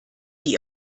die